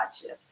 shift